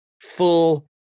full